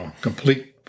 complete